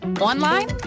Online